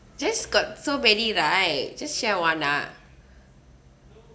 just got so many right just share one nah